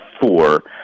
four